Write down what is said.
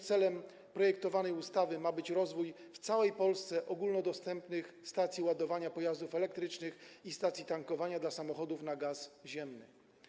Celem projektowanej ustawy ma być również rozwój w całej Polsce ogólnodostępnych stacji ładowania pojazdów elektrycznych i stacji tankowania dla samochodów na gaz ziemny.